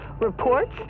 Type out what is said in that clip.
reports